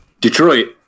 Detroit